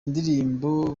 ndirimbo